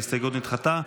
ההסתייגות נדחתה.